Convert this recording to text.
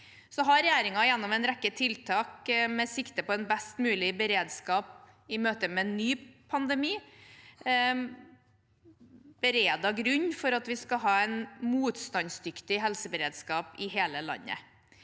Så har regjeringen gjennom en rekke tiltak, med sikte på best mulig beredskap i møte med en ny pandemi, beredt grunnen for en motstandsdyktig helseberedskap i hele landet.